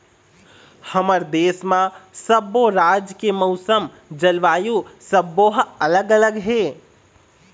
हमर देश म सब्बो राज के मउसम, जलवायु सब्बो ह अलग अलग हे